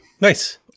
Nice